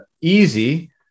easy